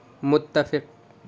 متفق